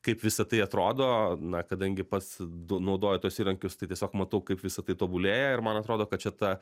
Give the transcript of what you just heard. kaip visa tai atrodo na kadangi pats du naudoju tuos įrankius tai tiesiog matau kaip visa tai tobulėja ir man atrodo kad čia ta